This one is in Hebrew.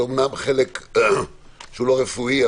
זה אמנם חלק לא רפואי,